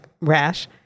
rash